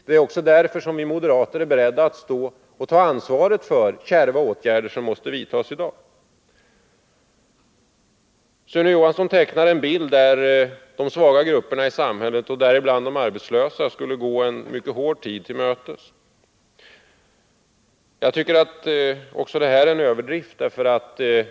Det är också därför som vi moderater är beredda att ta ansvaret för kärva åtgärder som måste vidtas i dag. Sune Johansson tecknar en bild där de svaga grupperna i samhället, däribland de arbetslösa, skulle gå en mycket hård tid till mötes. Jag tycker att också det är en överdrift.